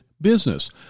business